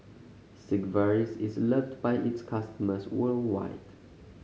Sigvaris is loved by its customers worldwide